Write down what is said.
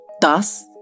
Thus